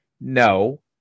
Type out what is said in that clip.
No